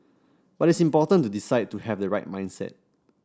but it's important to decide to have the right mindset